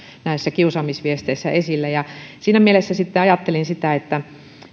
näissä kiusaamisviesteissä esille siinä mielessä ajattelin että